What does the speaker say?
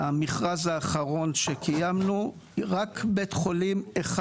במכרז האחרון שקיימנו רק בית חולים אחד